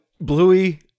Bluey